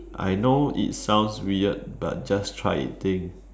I know it sounds weird but just try it thing